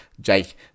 Jake